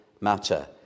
matter